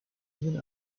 even